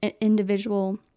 individual